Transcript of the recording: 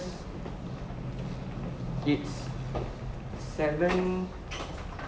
it's seven